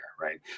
right